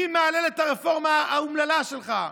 מי מהלל את הרפורמה האומללה שלך,